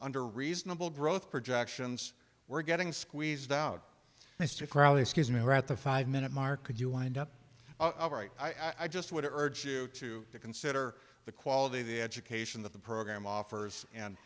under reasonable growth projections we're getting squeezed out mr crowley excuse me we're at the five minute mark could you wind up i just would urge you to consider the quality of the education that the program offers and